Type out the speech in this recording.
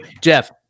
Jeff